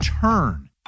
turn